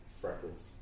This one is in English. freckles